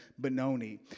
Benoni